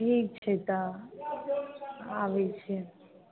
ठीक छै तऽ आबैत छिअनि